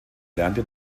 lernte